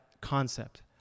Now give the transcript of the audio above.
concept